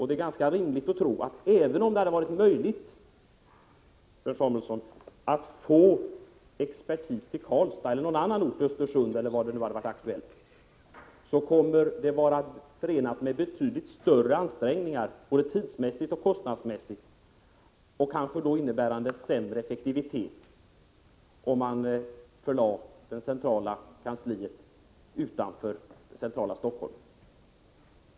Det är ganska rimligt att tro att även om det hade varit möjligt, Björn Samuelson, att få expertis till Karlstad eller någon annan ort som varit aktuell — t.ex. Östersund — hade det varit förenat med betydligt större ansträngningar både tidsmässigt och kostnadsmässigt. Det skulle antagligen innebära sämre effektivitet om vi förlade det centrala kansliet utanför centrala Stockholm.